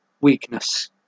weakness